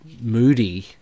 moody